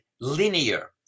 linear